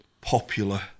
popular